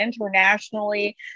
internationally